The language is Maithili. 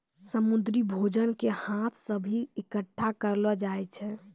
समुन्द्री भोजन के हाथ से भी इकट्ठा करलो जाय छै